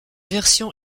version